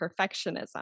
perfectionism